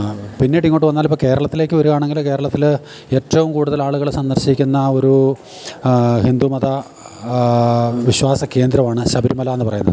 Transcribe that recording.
പിന്നീടിങ്ങോട്ട് വന്നാലിപ്പോള് കേരളത്തിലേക്കു വരുകയാണെങ്കില് കേരളത്തില് ഏറ്റവും കൂടുതൽ ആളുകള് സന്ദർശിക്കുന്ന ഒരു ഹിന്ദുമത വിശ്വാസ കേന്ദ്രമാണ് ശബരിമല എന്നു പറയുന്നത്